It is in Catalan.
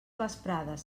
vesprades